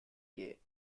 gay